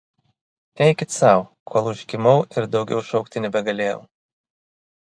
eikit sau kol užkimau ir daugiau šaukti nebegalėjau